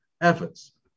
efforts